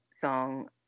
song